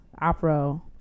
opera